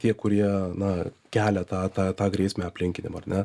tie kurie na kelia tą tą tą grėsmę aplinkiniam ar ne